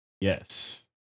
Yes